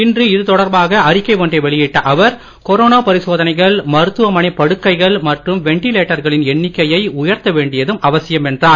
இன்று இதுதொடர்பாக அறிக்கை ஒன்றை வெளியிட்ட அவர் கொரோனா பரிசோதனைகள் மருத்துவமனைப் படுக்கைகள் மற்றும் வெண்டிலேட்டர்களின் எண்ணிக்கையை உயர்த்த வேண்டியதும் அவசியம் என்றார்